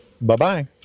Bye-bye